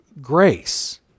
grace